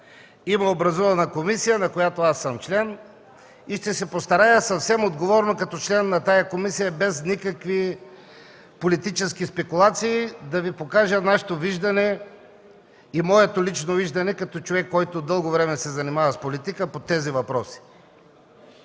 има образувана комисия, на която аз съм член и ще се постарая съвсем отговорно като член на тази комисия без никакви политически спекулации да Ви покажа нашето виждане и моето лично виждане като човек, който от дълго време се занимава с политика по тези въпроси.